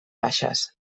baixes